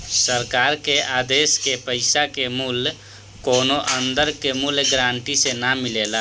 सरकार के आदेश के पैसा के मूल्य कौनो अंदर के मूल्य गारंटी से ना मिलेला